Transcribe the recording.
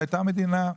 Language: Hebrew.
הייתה מדינה.